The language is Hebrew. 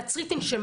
רגע, תעצרי ותנשמי,